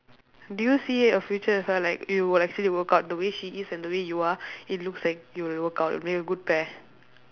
do you see a future with her like it would actually work out the way she is and the way you are it looks like you will work out and make a good pair